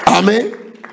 Amen